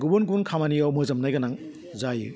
गुबुन गुबुन खामानियाव मोजोमनाय गोनां जायो